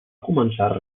començar